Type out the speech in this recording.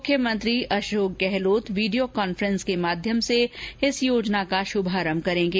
मुख्यमंत्री Ashok Gehlot video conferencing के माध्यम से इस योजना का शुभारंभ करेंगे